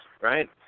right